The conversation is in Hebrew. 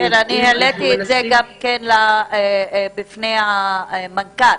העליתי את זה גם בפני המנכ"ל,